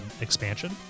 expansion